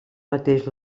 mateix